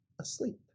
asleep